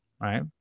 right